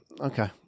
okay